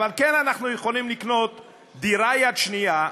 אבל כן אנחנו יכולים לקנות דירה יד שנייה,